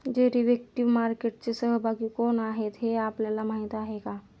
Derivative मार्केटचे सहभागी कोण आहेत हे आपल्याला माहित आहे का?